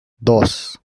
dos